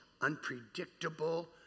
unpredictable